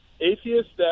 atheists